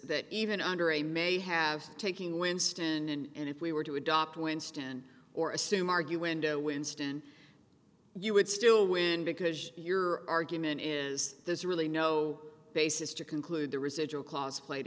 that even under a may have taking winston and if we were to adopt winston or assume argue window winston you would still win because your argument is there's really no basis to conclude the residual clause played